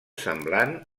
semblant